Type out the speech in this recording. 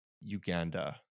Uganda